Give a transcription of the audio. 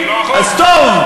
אז טוב,